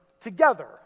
together